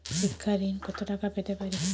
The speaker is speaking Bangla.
শিক্ষা ঋণ কত টাকা পেতে পারি?